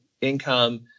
income